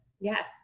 Yes